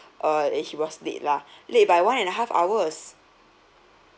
uh that he was late lah late by one and a half hours